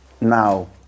now